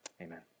amen